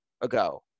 ago